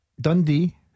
Dundee